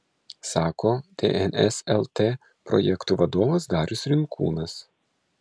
sako tns lt projektų vadovas darius rinkūnas